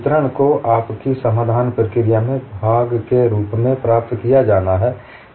वितरण को आपकी समाधान प्रक्रिया के भाग के रूप में प्राप्त किया जाना है